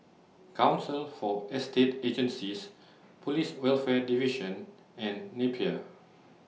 Council For Estate Agencies Police Welfare Division and Napier